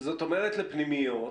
זאת אומרת, לפנימיות,